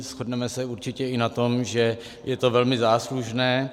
Shodneme se určitě i na tom, že je to velmi záslužné.